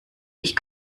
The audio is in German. mich